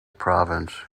province